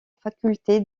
faculté